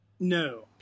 no